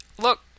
Look